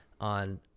on